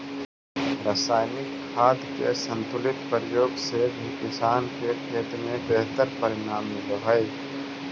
रसायनिक खाद के संतुलित प्रयोग से भी किसान के खेत में बेहतर परिणाम मिलऽ हई